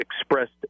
expressed